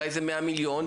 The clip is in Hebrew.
אולי זה מאה מיליון,